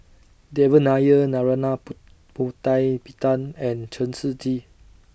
Devan Nair Narana Putumaippittan and Chen Shiji